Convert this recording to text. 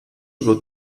wird